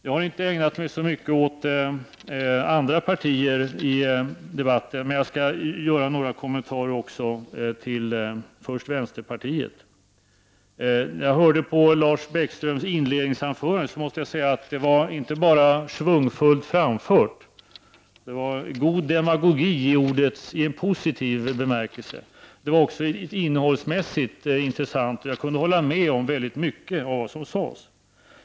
Jag har inte ägnat mig så mycket åt andra partier i debatten. Men jag skall kommentera dem också, först vänsterpartiet. Jag hörde på Lars Bäckströms inledningsanförande, och jag måste säga att det inte bara var schvungfullt framfört, det var god demagogik i en positiv bemärkelse. Det var också innehållsmässigt intressant, och jag kunde hålla med om väldigt mycket av det som sades.